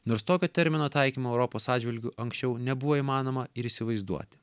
nors tokio termino taikymo europos atžvilgiu anksčiau nebuvo įmanoma ir įsivaizduoti